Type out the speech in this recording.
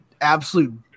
absolute